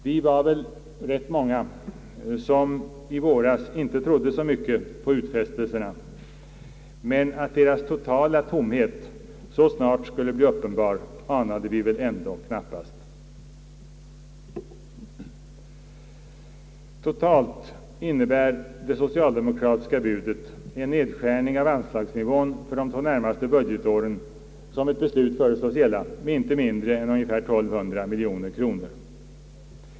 Vi var väl många som inte trodde så mycket på utfästelserna i våras, men att deras totala tomhet så snart skulle bli uppenbar anade vi väl ändå knappast. Totalt innebär det socialdemokratiska budet en nedskärning av anslagsnivån för de två närmaste budgetåren, som ett beslut föreslås gälla, med inte mindre än ungefär 1200 miljoner kronor.